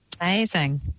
Amazing